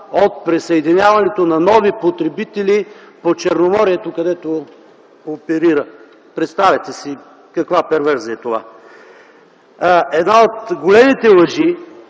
от присъединяването на нови потребители по Черноморието, където оперира. Представяте си каква перверзия е това. Една от големите лъжи